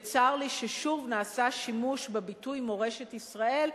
צר לי ששוב נעשה שימוש בביטוי מורשת ישראל,